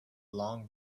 long